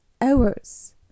hours